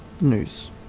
news